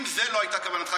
אם זו לא הייתה כוונתך,